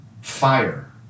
fire